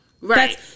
Right